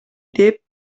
деп